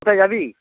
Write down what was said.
কোথায় যাবি